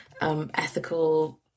ethical